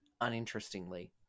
uninterestingly